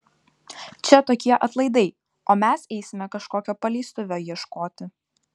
čia tokie atlaidai o mes eisime kažkokio paleistuvio ieškoti